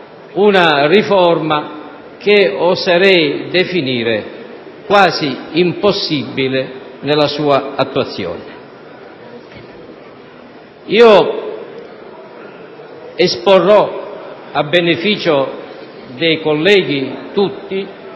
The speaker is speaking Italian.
afghana (che oserei definire quasi impossibile nella sua attuazione). Esporrò, a beneficio dei colleghi tutti,